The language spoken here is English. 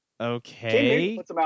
Okay